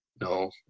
No